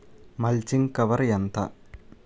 Mulching cover ఎంత?